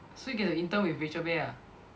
so you get the intern with Rachel Beh ah